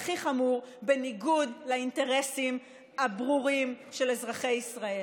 והכי חמור: בניגוד לאינטרסים הברורים של אזרחי ישראל.